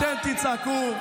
תצעקו.